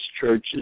churches